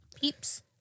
Peeps